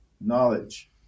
knowledge